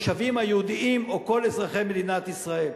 התושבים היהודים או כל אזרחי מדינת ישראל.